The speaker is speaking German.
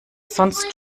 sonst